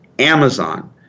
Amazon